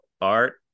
Art